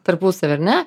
tarpusavy ar ne